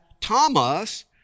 Thomas